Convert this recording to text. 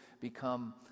become